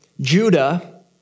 Judah